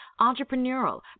entrepreneurial